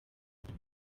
kujya